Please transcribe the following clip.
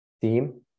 theme